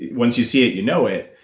once you see it you know it,